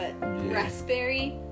Raspberry